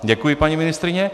Děkuji, paní ministryně.